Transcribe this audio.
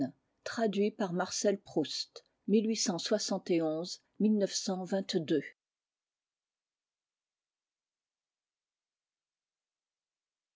par marcel proust